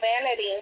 vanity